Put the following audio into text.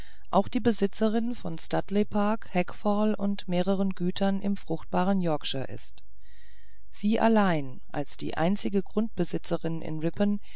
auch die besitzerin von studley park hackfall und mehrerer güter im fruchtbaren yorkshire ist sie allein als die einzige grundbesitzerin in ripon